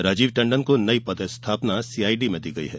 राजीव टंडन को नई पदस्थापना सीआईडी में दी गई है